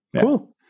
Cool